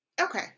Okay